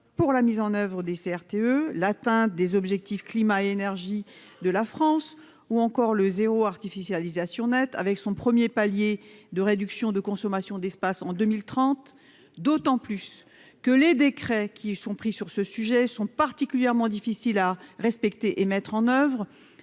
pour la mise en oeuvre des CRT RTE l'atteinte des objectifs climat-énergie de la France ou encore le 0 artificialisation nette avec son 1er palier de réduction de consommation d'espace en 2030 d'autant plus que les décrets qui sont pris sur ce sujet sont particulièrement difficiles à respecter et mettre en oeuvre,